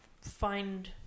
find